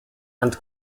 and